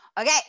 Okay